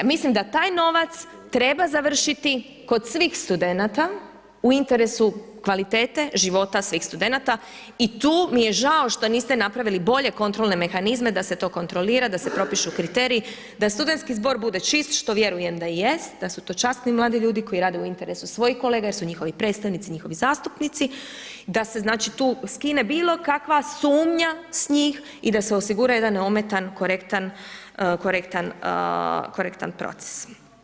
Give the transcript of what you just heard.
Mislim da taj novac treba završiti kod svih studenata u interesu kvalitete života svih studenata i tu mi je žao što niste napravili bolje kontrolne mehanizme da se to kontrolira, da se propišu kriteriji, da studentski zbor bude čist što vjerujem da i jest da su to časni mladi ljudi koji rade u interesu svojih kolega jer su njihovi predstavnici, njihovi zastupnici da se tu znači skine bilo kakva sumnja s njih i da se osigura jedan neometan korektan proces.